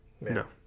No